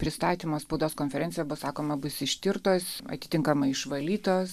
pristatymo spaudos konferenciją buvo sakoma bus ištirtos atitinkamai išvalytos